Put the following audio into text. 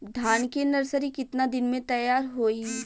धान के नर्सरी कितना दिन में तैयार होई?